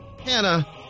Hannah